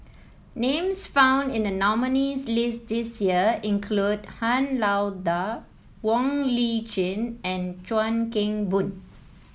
names found in the nominees' list this year include Han Lao Da Wong Lip Chin and Chuan Keng Boon